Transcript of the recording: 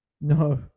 No